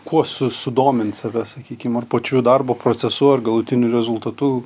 kuo su sudomint save sakykim ar pačiu darbo procesu ir galutiniu rezultatu